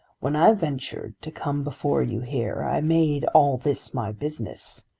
when i ventured to come before you here, i made all this my business,